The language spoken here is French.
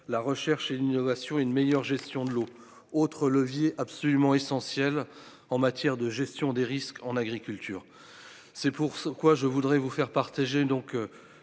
la recherche et l'innovation et une meilleure gestion de l'eau autre levier absolument essentiel en matière de gestion des risques en agriculture, c'est pour quoi je voudrais vous faire partager